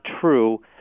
true